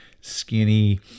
skinny